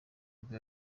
bwo